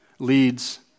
leads